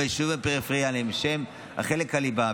ביישובים פריפריאליים שהם חלק הליבה,